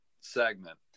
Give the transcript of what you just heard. segment